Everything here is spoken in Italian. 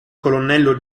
colonnello